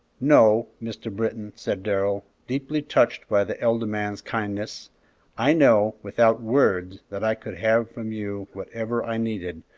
no, mr. britton, said darrell, deeply touched by the elder man's kindness i know, without words, that i could have from you whatever i needed,